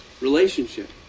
relationship